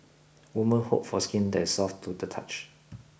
women hope for skin that is soft to the touch